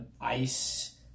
ice